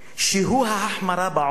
שהוא ההחמרה בעונש.